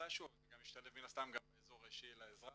ומתי שהוא זה גם ישתלב מן הסתם גם באזור האישי לאזרח.